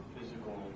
physical